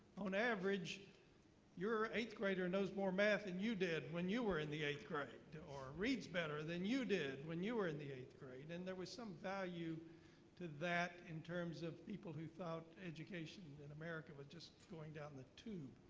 on average your eighth grader knows more math than and you did when you were in the eighth grade. or reads better than you did when you were in the eighth grade. and there was some value to that in terms of people who thought education in america was just going down the tube.